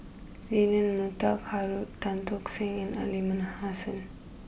Leonard Montague Harrod Tan Tock Seng and Aliman Hassan